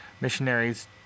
missionaries